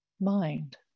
mind